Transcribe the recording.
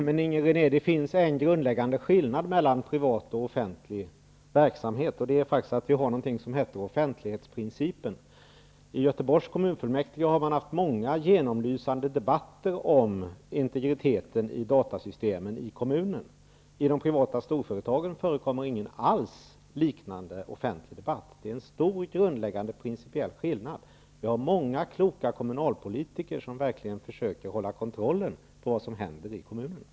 Herr talman! Det finns en grundläggande skillnad, Det är faktiskt så att vi har någonting som heter offentlighetsprincipen. I Göteborgs kommunfullmäktige har man haft många genomlysande debatter om integriteten i datasystemen i kommunen. I de privata storföretagen förekommer ingen liknande offentlig debatt. Det är en stor grundläggande principiell skillnad. Vi har många kloka kommunalpolitiker som verkligen försöker att hålla kontrollen på vad som händer i kommunen.